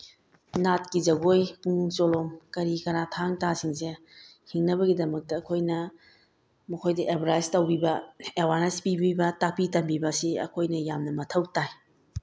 ꯅꯥꯠꯀꯤ ꯖꯒꯣꯏ ꯄꯨꯡ ꯆꯣꯂꯣꯝ ꯀꯔꯤ ꯀꯔꯥ ꯊꯥꯡ ꯇꯥ ꯁꯤꯡꯁꯦ ꯍꯤꯡꯅꯕꯒꯤꯗꯃꯛꯇ ꯑꯩꯈꯣꯏꯅ ꯃꯈꯣꯏꯗ ꯑꯦꯗꯚꯔꯇꯥꯏꯁ ꯇꯧꯕꯤꯕ ꯑꯦꯋꯥꯔꯅꯦꯁ ꯄꯤꯕꯤꯕ ꯇꯥꯛꯄꯤ ꯇꯝꯕꯤꯕꯁꯤ ꯑꯩꯈꯣꯏꯅ ꯌꯥꯝꯅ ꯃꯊꯧ ꯇꯥꯏ